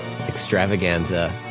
extravaganza